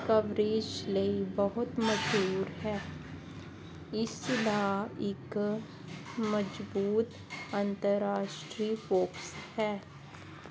coverage ਲਈ ਬਹੁਤ ਮਸ਼ਹੂਰ ਹੈ ਇਸ ਦਾ ਇੱਕ ਮਜ਼ਬੂਤ ਅੰਤਰਰਾਸ਼ਟਰੀ ਫੋਕਸ ਹੈ